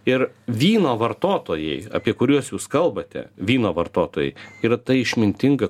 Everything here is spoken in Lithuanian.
ir vyno vartotojai apie kuriuos jūs kalbate vyno vartotojai yra ta išmintinga